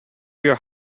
your